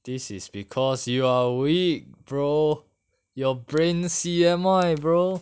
this is because you are weak bro your brain C_M_I bro